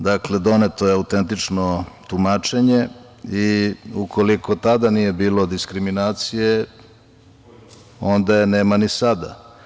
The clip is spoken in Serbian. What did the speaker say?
Dakle, doneto je autentično tumačenje i ukoliko tada nije bilo diskriminacije, onda je nema ni sada.